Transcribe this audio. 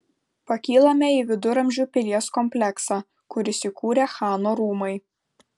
pakylame į viduramžių pilies kompleksą kur įsikūrę chano rūmai